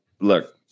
look